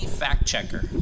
fact-checker